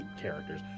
characters